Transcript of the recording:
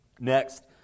Next